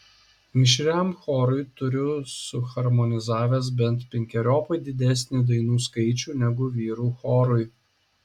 mišriam chorui turiu suharmonizavęs bent penkeriopai didesnį dainų skaičių negu vyrų chorui